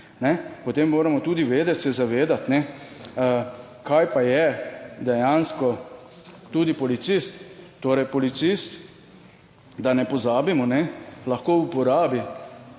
potem moramo tudi vedeti, se zavedati, kaj pa je dejansko tudi policist? Torej policist, da ne pozabimo ne lahko uporabi